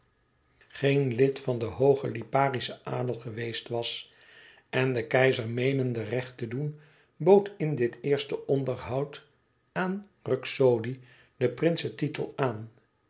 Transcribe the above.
geen lid van den hoogen liparischen adel geweest was en de keizer meenende recht te doen bood in dit eerste onderhoud aan ruxodi den prinsentitel aan